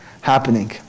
happening